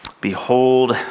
Behold